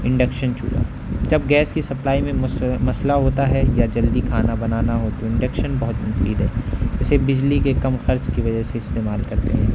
induction چولہا جب gas کی سپلائی میں مسئلہ ہوتا ہے یا جلدی کھانا بنانا ہو تو انڈکشن بہت مفید ہے اسے بجلی کے کم خرچ کی وجہ سے استعمال کرتے ہیں